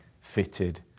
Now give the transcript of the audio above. fitted